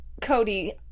Cody